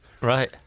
right